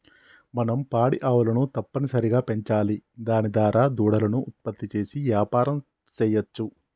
మనం పాడి ఆవులను తప్పనిసరిగా పెంచాలి దాని దారా దూడలను ఉత్పత్తి చేసి యాపారం సెయ్యవచ్చు